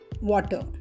water